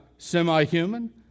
semi-human